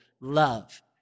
love